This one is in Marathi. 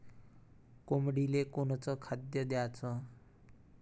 कोंबडीले कोनच खाद्य द्याच?